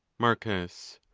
marcus.